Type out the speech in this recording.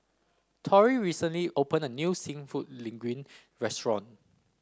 Tory recently opened a new seafood Linguine restaurant